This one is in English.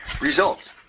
results